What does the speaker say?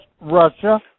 Russia